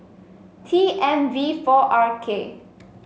T M V four R K